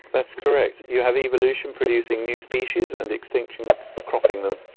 that's correct. you have evolution producing new species and extinction cropping them.